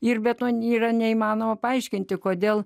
ir be to nėra neįmanoma paaiškinti kodėl